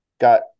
got